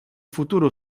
futuro